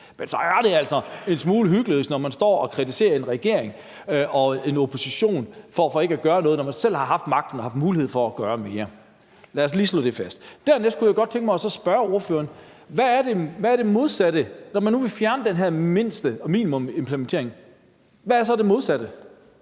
Men så er det altså en smule hyklerisk, når man står og kritiserer en regering og en opposition for ikke at gøre noget, når man selv har haft magten og har haft mulighed for at gøre mere. Lad os lige slå det fast. Dernæst kunne jeg godt tænke mig så at spørge ordføreren: Hvad er det modsatte, når man nu vil fjerne den her minimumsimplementering? Hvad er så det modsatte?